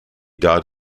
died